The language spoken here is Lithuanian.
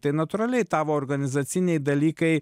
tai natūraliai tavo organizaciniai dalykai